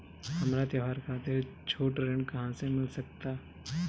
हमरा त्योहार खातिर छोट ऋण कहाँ से मिल सकता?